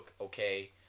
okay